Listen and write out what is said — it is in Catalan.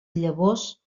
llavors